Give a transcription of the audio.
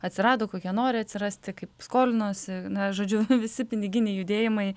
atsirado kokie nori atsirasti kaip skolinosi na žodžiu visi piniginiai judėjimai